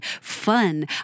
fun